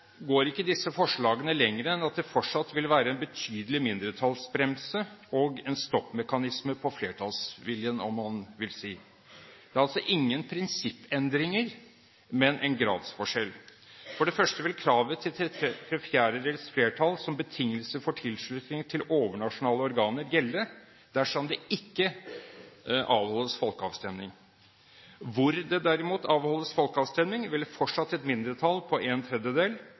går ikke disse forslagene lenger enn at det fortsatt vil være en betydelig mindretallsbremse og en stoppmekanisme på flertallsviljen, om man vil si det. Det er ingen prinsippendringer, men en gradsforskjell. For det første vil kravet til tre fjerdedels flertall som betingelse for tilslutning til overnasjonale organer gjelde dersom det ikke avholdes folkeavstemning. Hvis det derimot avholdes folkeavstemning, vil fortsatt et mindretall på en tredjedel,